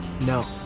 No